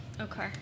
Okay